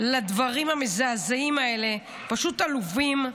לדברים המזעזעים האלה, פשוט עלובים.